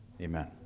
Amen